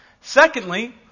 Secondly